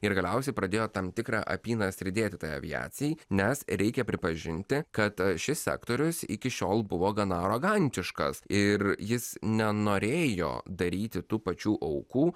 ir galiausiai pradėjo tam tikrą apynasrį dėti tai aviacijai nes reikia pripažinti kad šis sektorius iki šiol buvo gana arogantiškas ir jis nenorėjo daryti tų pačių aukų